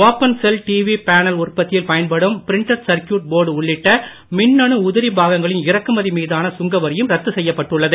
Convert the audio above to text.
open cell TV panel உற்பத்தியில் பயன்படும் printed circuit board உள்ளிட்ட மின்னனு உதிரி பாகங்களின் இறக்குமதி மீதான சுங்கவரியும் ரத்து செய்யப்பட்டுள்ளது